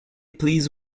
please